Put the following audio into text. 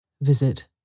Visit